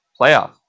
playoff